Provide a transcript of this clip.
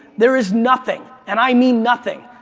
there is nothing, and i mean nothing,